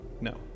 No